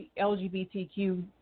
LGBTQ